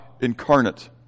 incarnate